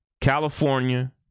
California